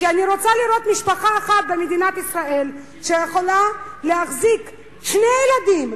כי אני רוצה לראות משפחה אחת במדינת ישראל שיכולה להחזיק שני ילדים,